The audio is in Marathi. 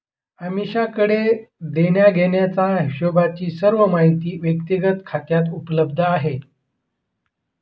अमीषाकडे देण्याघेण्याचा हिशोबची सर्व माहिती व्यक्तिगत खात्यात उपलब्ध आहे